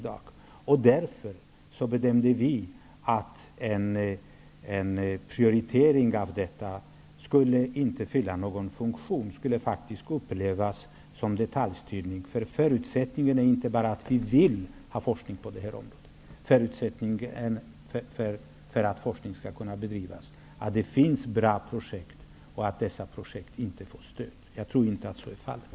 Därför gjordes bedömningen att en prioritering av detta inte skulle fylla någon funktion utan uppfattas som detaljstyrning. Att vi önskar forskning på visst område är ju inte den enda förutsättningen för att den skall kunna bedrivas, utan det måste ju också finnas bra projekt och som inte fått stöd. Men, som jag sade tidigare, jag tror inte att det är fallet.